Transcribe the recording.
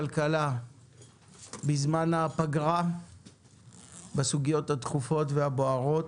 מתחילים את ישיבת ועדת הכלכלה בזמן הפגרה בסוגיות הדחופות והבוערות.